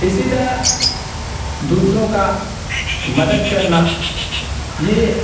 اسی طرح دوسروں کا مدد کرنا یہ